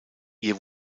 ihr